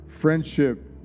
friendship